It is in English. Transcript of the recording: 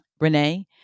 Renee